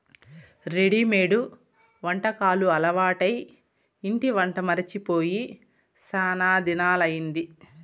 readymade వంటకాలు అలవాటై ఇంటి వంట మరచి పోయి శానా దినాలయ్యింది